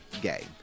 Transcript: gay